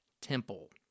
temple